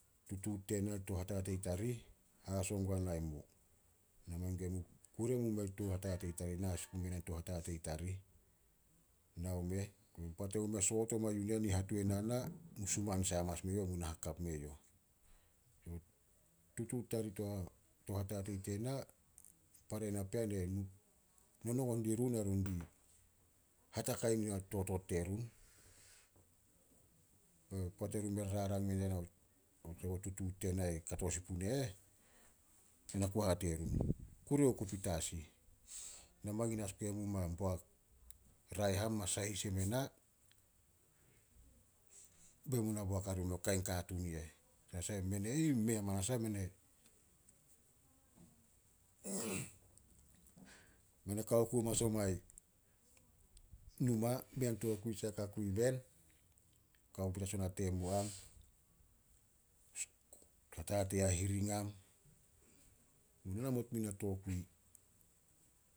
Tutuut tena to hatatei tarih, haso guanai mu. Na mangin guemu kure mume touhatatei tarih na sin pume na touhatatei tarih. Nao meh, poat emu me soot oma yunen hatuan a na, mu suman sai hamanas mue youh bemu na hakap mue youh. Tutuut tarih to to hatatei tena, para napean nonongon dirun ai run di hatakai na totot terun. Poat erun me rarang mendie nao tutuut tena kato sin pune eh, ai na ku hate run, kure oku petas ih. Na mangin as gue mu ma boak raeh am, ma sahis yem ena, bemu na boak hare muo kain katuun i eh. Mene ih mei amanasah, mene mene kao ku hamanas omai numa, mei an tokui sai ka kui imen. Kao ku petas ona temu am, hatatei hahiring am namot mui na tokui.